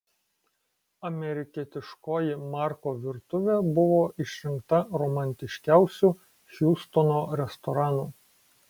amerikietiškoji marko virtuvė buvo išrinkta romantiškiausiu hjustono restoranu